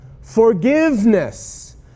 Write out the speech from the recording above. forgiveness